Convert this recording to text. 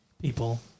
people